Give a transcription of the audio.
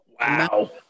Wow